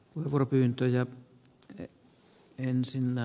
arvoisa herra puhemies